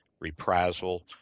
reprisal